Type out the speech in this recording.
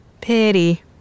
Pity